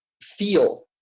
feel